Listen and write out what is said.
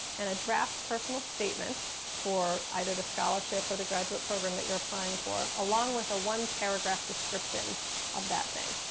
and a draft personal statement for either the scholarship or the graduate program that you are applying for, along with a one-paragraph description of that thing.